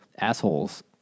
assholes